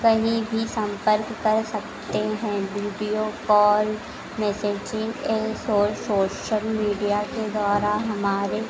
कहीं भी सम्पर्क कर सकते हैं वीडियो कॉल मैसेजिंग एस और सोशल मीडिया के द्वारा हमारे